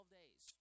days